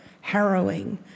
harrowing